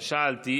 שאלתי.